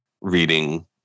reading